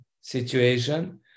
situation